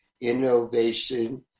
innovation